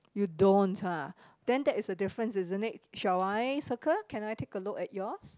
you don't ah then that is a difference isn't it shall I circle can I take a look at yours